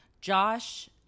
Josh